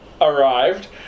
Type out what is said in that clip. arrived